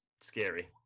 scary